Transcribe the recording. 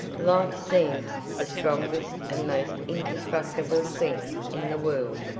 life seems the strongest and most indestructible thing in the world.